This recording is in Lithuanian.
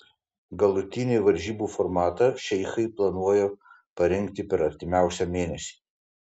galutinį varžybų formatą šeichai planuoja parinkti per artimiausią mėnesį